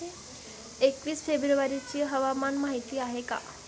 एकवीस फेब्रुवारीची हवामान माहिती आहे का?